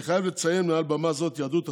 אני חייב לציין מעל במה זו את יהדות התפוצות,